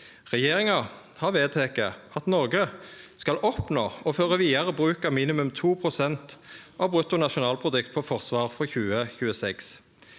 Regjeringa har vedteke at Noreg skal oppnå og føre vidare bruk av minimum 2 pst. av bruttonasjonalprodukt på forsvar frå 2026.